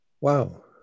Wow